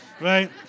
Right